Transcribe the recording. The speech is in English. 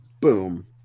Boom